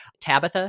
Tabitha